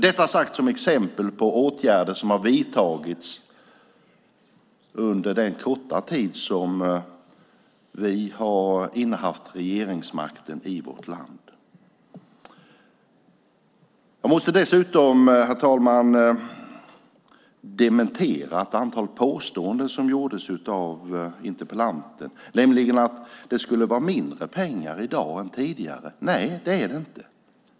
Detta är exempel på åtgärder som har vidtagits under den korta tid som vi har innehaft regeringsmakten i vårt land. Jag måste dessutom, herr talman, dementera ett antal påståenden som gjordes av interpellanten, nämligen om att det skulle vara mindre pengar nu än tidigare. Nej, det är det inte.